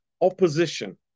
opposition